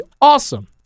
awesome